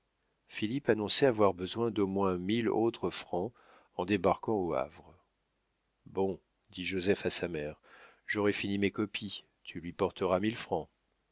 philippe annonçait avoir besoin d'au moins mille autres francs en débarquant au havre bon dit joseph à sa mère j'aurai fini mes copies tu lui porteras mille francs